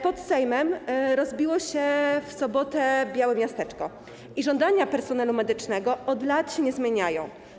Pod Sejmem rozbiło się w sobotę białe miasteczko i żądania personelu medycznego od lat się nie zmieniają.